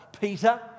Peter